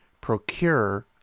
procure